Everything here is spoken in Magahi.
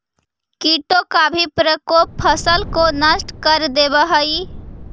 कीटों का भी प्रकोप फसल को नष्ट कर देवअ हई